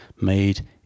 made